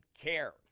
care